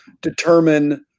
determine